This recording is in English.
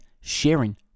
sharing